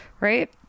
right